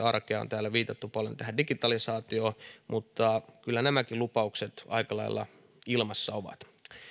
arkea täällä on viitattu paljon tähän digitalisaatioon mutta kyllä nämäkin lupaukset aika lailla ilmassa ovat